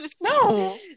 No